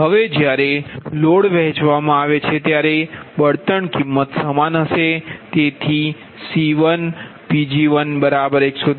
હવે જ્યારે લોડ વહેંચવામાં આવે છે ત્યારે બળતણ કિંમત સમાન હશે તેથી C1Pg1133